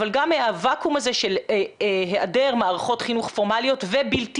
אבל גם הוואקום הזה של היעדר מערכות חינוך פורמליות ובלתי